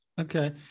Okay